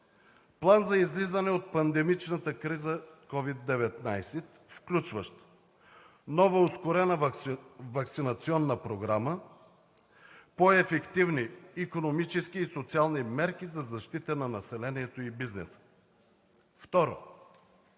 план за излизане от пандемичната криза COVID-19, включващ нова ускорена ваксинационна програма, по-ефективни икономически и социални мерки за защита на населението и бизнеса.